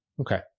Okay